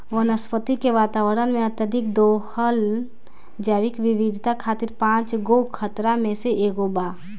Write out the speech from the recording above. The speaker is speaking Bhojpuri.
वनस्पति के वातावरण में, अत्यधिक दोहन जैविक विविधता खातिर पांच गो खतरा में से एगो बा